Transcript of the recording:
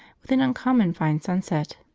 with an uncommon fine sunset.